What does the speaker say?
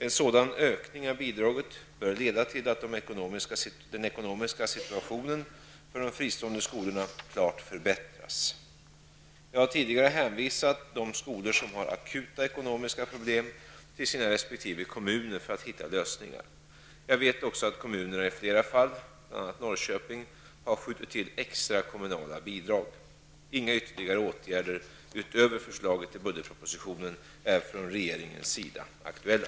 En sådan ökning av bidraget bör leda till att den ekonomiska situationen för de fristående skolorna klart förbättras. Jag har tidigare hänvisat de skolor som har akuta ekonomiska problem till sina resp. kommuner för att hitta lösningar. Jag vet också att kommunerna i flera fall, bl.a. Norrköping, har skjutit till extra kommunala bidrag. Inga ytterligare åtgärder utöver förslaget i budgetpropositionen är från regeringens sida aktuella.